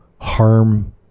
harm